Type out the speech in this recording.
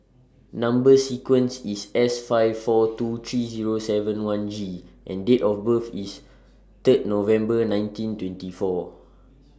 Number sequence IS S five four two three Zero seven one G and Date of birth IS Third November nineteen twenty four